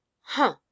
Huh